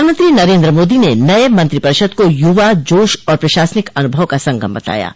प्रधानमंत्री नरेन्द्र मोदी ने नये मंत्रिपरिषद को युवा जोश और प्रशासनिक अनुभव का संगम बताया है